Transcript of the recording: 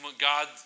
God